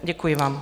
Děkuji vám.